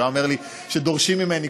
שהוא היה אומר לי שדורשים ממני,